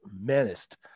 menaced